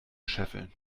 scheffeln